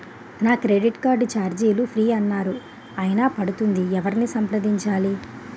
నా credit card ఛార్జీలు free అన్నారు అయినా పడుతుంది ఎవరిని సంప్రదించాలి?